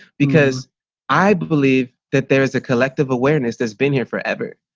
because i believe that there is a collective awareness that's been here forever,